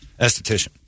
Esthetician